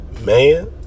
Man